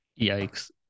yikes